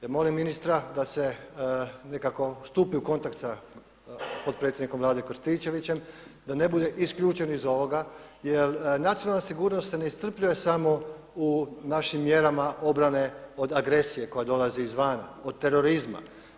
Ja molim ministra da se nekako, stupi u kontakt sa potpredsjednikom Vlade Krstičevićem, da ne bude isključen iz ovoga jer nacionalna sigurno se ne iscrpljuje samo u našim mjerama obrane od agresije koja dolazi izvana, od terorizma.